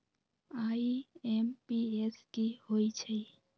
IMPS की होईछइ?